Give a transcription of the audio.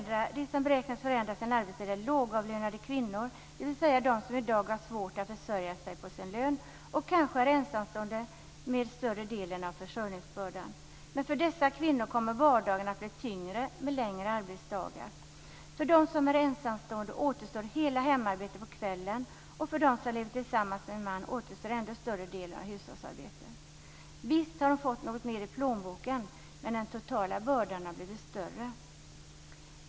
De som beräknas förändra sin arbetstid är lågavlönade kvinnor, dvs. de som i dag har svårt att försörja sig på sin lön och kanske är ensamstående med större delen av försörjningsbördan. För dessa kvinnor kommer vardagarna att bli tyngre med längre arbetsdagar. För dem som är ensamstående återstår hela hemarbetet på kvällen, och för dem som lever tillsammans med en man återstår ändå större delen av hushållsarbetet. Visst har kvinnan fått något mer i plånboken, men den totala bördan har blivit större.